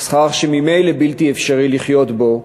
שכר שממילא בלתי אפשרי לחיות בו,